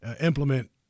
implement